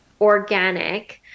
organic